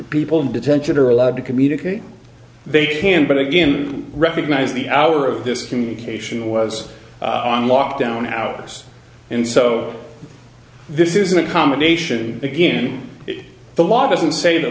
that people in detention are allowed to communicate they can but a game recognize the hour of this communication was on lockdown hours and so this is an accommodation again the law doesn't say that